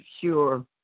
sure